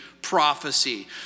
prophecy